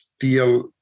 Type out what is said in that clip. feel